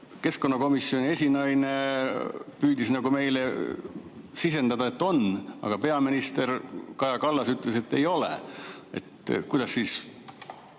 keskkonnakomisjoni esinaine püüdis meile sisendada, et on, aga peaminister Kaja Kallas ütles, et ei ole. Kuidas siis